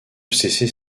cesser